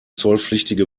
zollpflichtige